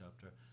chapter